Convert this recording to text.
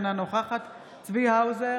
אינה נוכחת צבי האוזר,